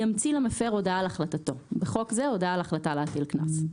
ימציא למפר הודעה על החלטתו (בחוק זה הודעה על החלטה להטיל קנס).